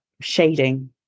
shading